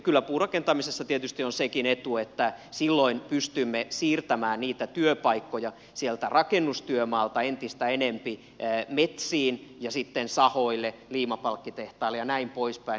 kyllä puurakentamisessa tietysti on sekin etu että silloin pystymme siirtämään niitä työpaikkoja sieltä rakennustyömaalta entistä enempi metsiin ja sahoille liimapalkkitehtaille jnp